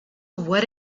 what